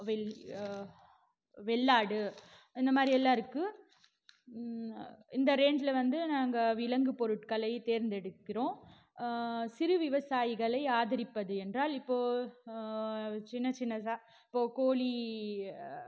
வெள்ளாடு இந்த மாதிரி எல்லாம் இருக்குது இந்த ரேஞ்சில் வந்து நாங்கள் விலங்கு பொருட்களை தேர்ந்தெடுக்கிறோம் சிறு விவசாயிகளை ஆதரிப்பது என்றால் இப்போது சின்ன சின்னதாக இப்போ கோழி